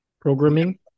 programming